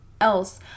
else